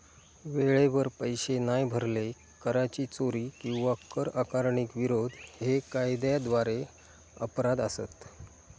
वेळेवर पैशे नाय भरले, कराची चोरी किंवा कर आकारणीक विरोध हे कायद्याद्वारे अपराध असत